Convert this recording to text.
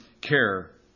care